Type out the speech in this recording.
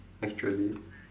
actually